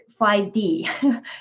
5D